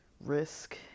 risk